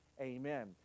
amen